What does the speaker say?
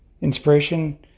Inspiration